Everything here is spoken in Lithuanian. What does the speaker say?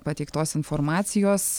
pateiktos informacijos